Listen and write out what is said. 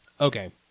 Okay